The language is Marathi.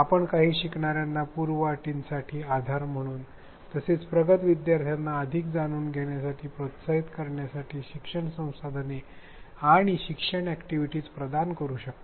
आपण काही शिकणाऱ्यांना पूर्वअटीं साठी आधार म्हणून तसेच प्रगत विद्यार्थ्यांना अधिक जाणून घेण्यासाठी प्रोत्साहित करण्यासाठी शिक्षण संसाधने आणि शिक्षण अॅक्टिव्हिटीस प्रदान करू शकता